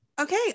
okay